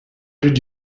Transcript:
did